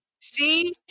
See